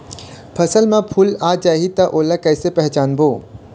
फसल म फूल आ जाही त ओला कइसे पहचानबो?